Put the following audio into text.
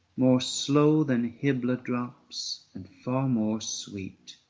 more slow than hybla-drops and far more sweet.